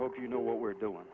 old you know what we're doing